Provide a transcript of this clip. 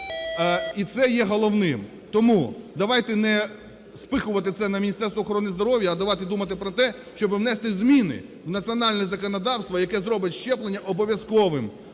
І це є головним. Тому давайте неспихувати це на Міністерство охорони здоров'я, а давайте думати про те, щоб внести зміни в національне законодавство, яке зробить щеплення обов'язковим.